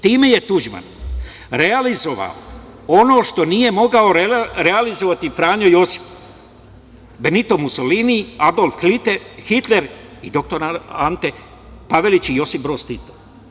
Time je Tuđman realizovao ono što nije mogao realizovati Franjo Josif, Benito Musolini, Adolf Hitler i doktor Ante Pavelić i Josip Broz Tito.